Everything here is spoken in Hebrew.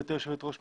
גברתי היושבת ראש,